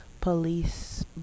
police